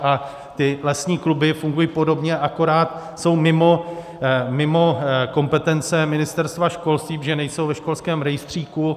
A lesní kluby fungují podobně, akorát jsou mimo kompetence Ministerstva školství, protože nejsou ve školském rejstříku.